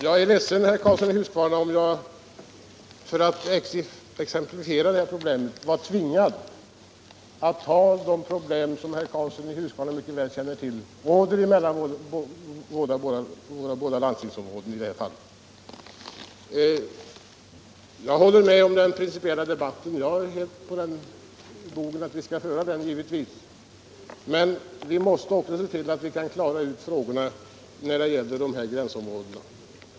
Jag är ledsen, herr Karlsson i Huskvarna, om jag för att illustrera problemet var tvingad att nämna det problem som råder mellan våra båda landstingsområden i det här fallet. Jag är helt införstådd med att vi skall föra en principiell debatt, men vi måste också se till att vi kan lösa problemen för gränsområdena.